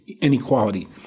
inequality